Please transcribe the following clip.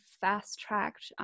fast-tracked